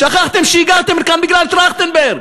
שכחתם שהגעתם לכאן בגלל טרכטנברג,